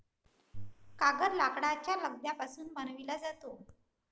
कागद लाकडाच्या लगद्यापासून बनविला जातो